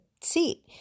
seat